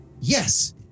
Yes